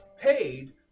paid